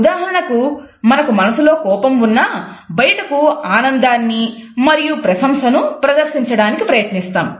ఉదాహరణకు మనకు మనసులో కోపం ఉన్నా బయటకు ఆనందాన్ని మరియు ప్రశంసను ప్రదర్శించడానికి ప్రయత్నిస్తాం